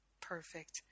perfect